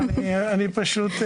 אני פשוט,